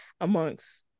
amongst